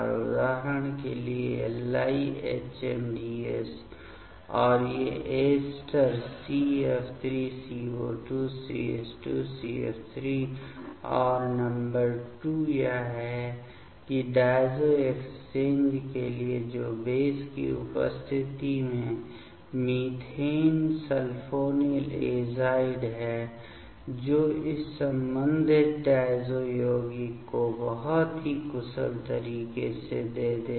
उदाहरण के अनुसार LiHMDS और ये एस्टर CF3CO2CH2CF3 और नंबर 2 यह है कि डायज़ो एक्सचेंज के लिए जो बेस की उपस्थिति में मीथेन सल्फोनील एज़ाइड है जो इस संबंधित डायज़ो यौगिक को बहुत ही कुशल तरीके से देगा